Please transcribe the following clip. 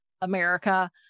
America